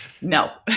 No